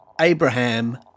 Abraham